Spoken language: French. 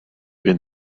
une